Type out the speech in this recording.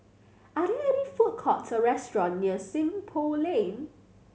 are they are they food courts or restaurant near Seng Poh Lane